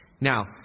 Now